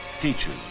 Teachers